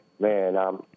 man